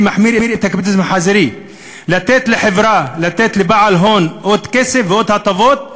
מחבלים בדמוקרטיה שלנו שוב ושוב ושוב.